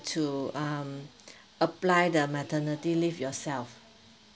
to um apply the maternity leave yourself